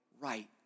right